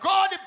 God